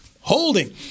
Holding